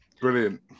Brilliant